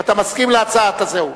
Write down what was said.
אתה מסכים להצעת השר?